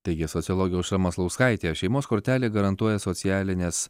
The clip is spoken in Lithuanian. taigi sociologė aušra maslauskaitė šeimos kortelė garantuoja socialines